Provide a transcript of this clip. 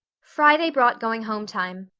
friday brought going-home time,